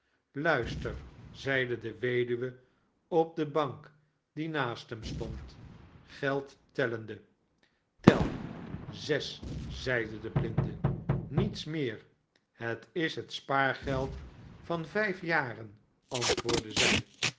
luister zeide de weduwe op de bank die naast hem stond geld tellende tel zes zeide de blinde niets meer het is het spaargeld van vijf jaren antwoordde zij